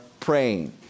Praying